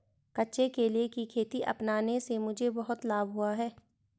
कच्चे केले की खेती अपनाने से मुझे बहुत लाभ हुआ है